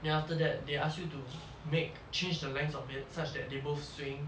then after that they ask you to make change the length of it such that they both swing